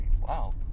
Wow